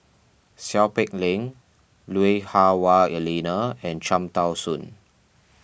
Seow Peck Leng Lui Hah Wah Elena and Cham Tao Soon